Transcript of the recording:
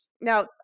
now